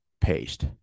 Paste